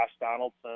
Donaldson